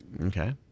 Okay